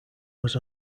was